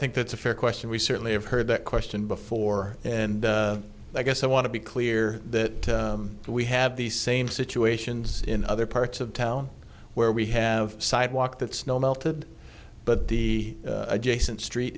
think that's a fair question we certainly have heard that question before and i guess i want to be clear that we have these same situations in other parts of town where we have sidewalk that snow melted but the adjacent street